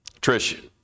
Trish